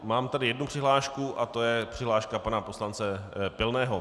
Mám tady jednu přihlášku a to je přihláška pana poslance Pilného.